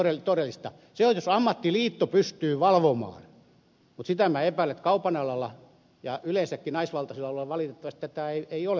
sitten on toisin jos ammattiliitto pystyy tätä valvomaan mutta sitä epäilen että kaupan alalla ja yleensäkin naisvaltaisilla aloilla näin ei valitettavasti ole ei pystytä valvomaan